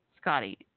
Scotty